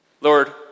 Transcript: Lord